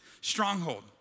stronghold